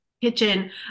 kitchen